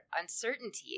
uncertainty